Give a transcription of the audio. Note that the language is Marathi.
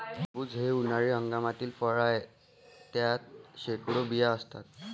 टरबूज हे उन्हाळी हंगामातील फळ आहे, त्यात शेकडो बिया असतात